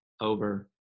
over